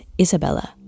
Isabella